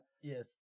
Yes